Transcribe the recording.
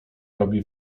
robi